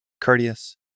courteous